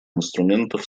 инструментов